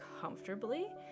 comfortably